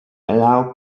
allow